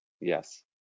Yes